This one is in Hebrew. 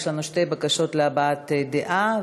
יש לנו שתי בקשות להבעת דעה,